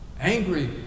Angry